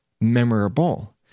memorable